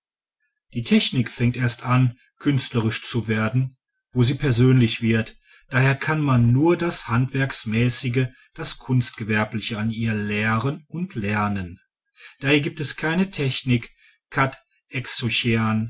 die technik fängt erst an künstlerisch zu werden wo sie persönlich wird daher kann man nur das handwerksmäßige das kunstgewerbliche an ihr lehren und lernen daher gibt es keine technik